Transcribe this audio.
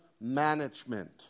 management